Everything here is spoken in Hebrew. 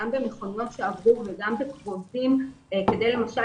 גם במכוניות שעברו וגם בכרוזים כדי למשל